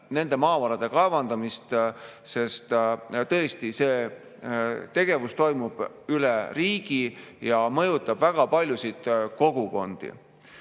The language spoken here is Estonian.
nende maavarade kaevandamist, sest tõesti see tegevus toimub üle riigi ja mõjutab väga paljusid kogukondi.